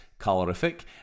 calorific